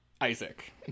isaac